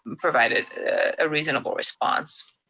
um provided a reasonable response.